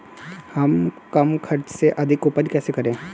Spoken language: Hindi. हम कम खर्च में अधिक उपज कैसे करें?